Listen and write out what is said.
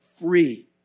free